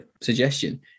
suggestion